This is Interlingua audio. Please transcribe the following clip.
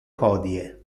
hodie